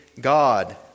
God